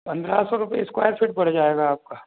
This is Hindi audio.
पंद्रह सौ रुपये स्क्वायर फिट पड़ जाएगा आपका